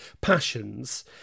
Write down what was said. passions